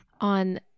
on